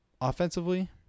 offensively